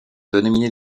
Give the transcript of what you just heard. dominer